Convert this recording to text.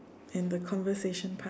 and the conversation part